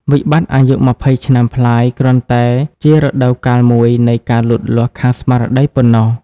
វិបត្តិអាយុ២០ឆ្នាំប្លាយគ្រាន់តែជា "រដូវកាលមួយ" នៃការលូតលាស់ខាងស្មារតីប៉ុណ្ណោះ។